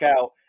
out